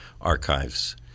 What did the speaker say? archives